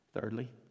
Thirdly